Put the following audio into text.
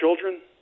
children